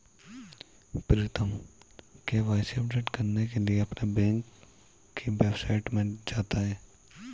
प्रीतम KYC update करने के लिए अपने बैंक की वेबसाइट में जाता है